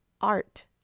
art